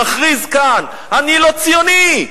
מכריז כאן: אני לא ציוני,